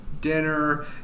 dinner